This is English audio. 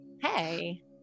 Hey